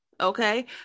okay